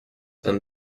and